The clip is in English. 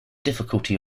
difficulty